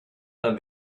and